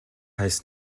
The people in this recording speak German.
heißt